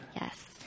Yes